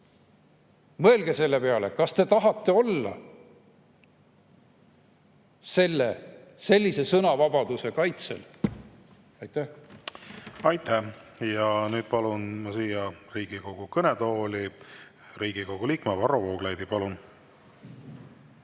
Mõelge selle peale, kas te tahate olla sellise sõnavabaduse kaitsel. Aitäh! Aitäh! Ja nüüd palun siia Riigikogu kõnetooli Riigikogu liikme Varro Vooglaiu. Palun!